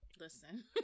Listen